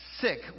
sick